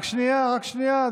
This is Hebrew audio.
רק שנייה, רק שנייה.